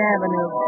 Avenue